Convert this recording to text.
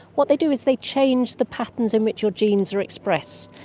what they do is they change the patterns in which your genes are expressed.